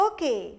Okay